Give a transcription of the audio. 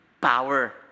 power